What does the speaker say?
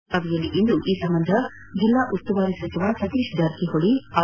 ಬೆಳಗಾವಿಯಲ್ಲಿಂದು ಈ ಸಂಬಂಧ ಜಿಲ್ಲಾ ಉಸ್ತುವಾರಿ ಸಚಿವ ಸತೀಶ್ ಜಾರಕಿಹೊಳಿ ಆರ್